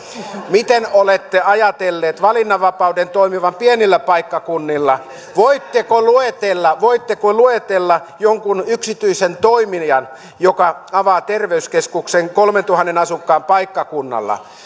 miten olette ajatelleet valinnanvapauden toimivan pienillä paikkakunnilla voitteko luetella voitteko luetella jonkun yksityisen toimijan joka avaa terveyskeskuksen kolmeentuhanteen asukkaan paikkakunnalla